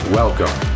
welcome